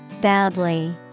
badly